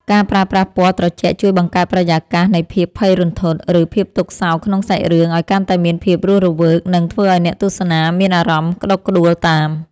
ការប្រើប្រាស់ពណ៌ត្រជាក់ជួយបង្កើតបរិយាកាសនៃភាពភ័យរន្ធត់ ឬ ភាពទុក្ខសោកក្នុងសាច់រឿងឱ្យកាន់តែមានភាពរស់រវើក និង ធ្វើឱ្យអ្នកទស្សនាមានអារម្មណ៍ក្តុកក្តួលតាម។